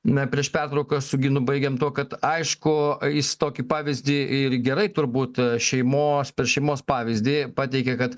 na prieš pertrauką su ginu baigėm tuo kad aišku jis tokį pavyzdį ir gerai turbūt šeimos per šeimos pavyzdį pateikė kad